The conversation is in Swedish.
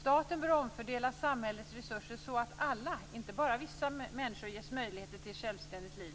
Staten bör omfördela samhällets resurser så att alla - inte bara vissa människor - ges möjligheter till självständigt liv.